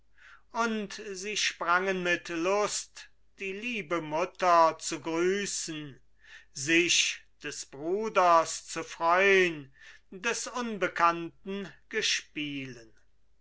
und sie sprangen mit lust die liebe mutter zu grüßen sich des bruders zu freun des unbekannten gespielen